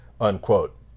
unquote